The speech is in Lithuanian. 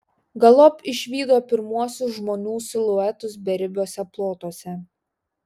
galop išvydo pirmuosius žmonių siluetus beribiuose plotuose